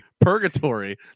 purgatory